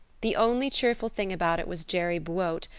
the only cheerful thing about it was jerry buote,